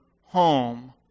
home